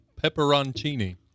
Pepperoncini